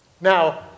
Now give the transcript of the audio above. Now